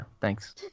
Thanks